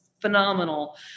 phenomenal